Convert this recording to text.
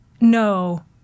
no